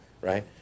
right